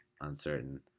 uncertain